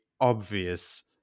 obvious